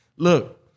Look